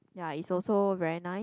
ya is also very nice